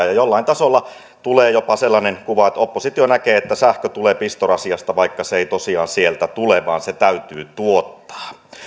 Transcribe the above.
ja jollain tasolla tulee jopa sellainen kuva että oppositio näkee että sähkö tulee pistorasiasta vaikka se ei tosiaan sieltä tule vaan se täytyy tuottaa